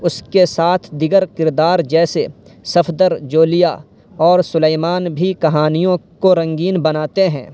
اس کے ساتھ دیگر کردار جیسے صفدر جولیا اور سلیمان بھی کہانیوں کو رنگین بناتے ہیں